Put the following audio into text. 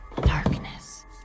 Darkness